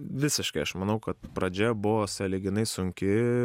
visiškai aš manau kad pradžia buvo sąlyginai sunki